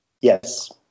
Yes